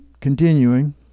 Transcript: continuing